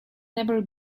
never